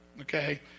Okay